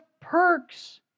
perks